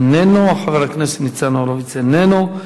איננו, חבר הכנסת ניצן הורוביץ, איננו.